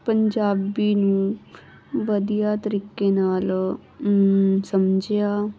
ਪੰਜਾਬੀ ਨੂੰ ਵਧੀਆ ਤਰੀਕੇ ਨਾਲ ਸਮਝਿਆ